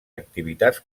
activitats